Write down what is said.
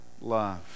love